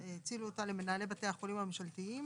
האצילו אותה למנהלי בתי החולים הממשלתיים